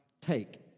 take